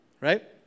Right